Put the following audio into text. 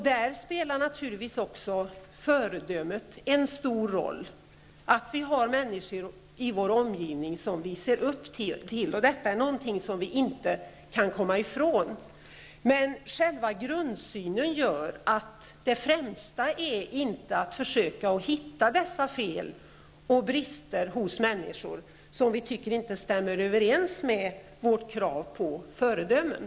Där spelar naturligtvis också föredömet stor roll -- att vi har människor i vår omgivning som vi ser upp till. Detta är någonting som vi inte kan komma ifrån. Men själva grundsynen gör att det främsta inte är att försöka hitta dessa fel och brister hos människor som inte stämmer överens med vårt krav på föredömen.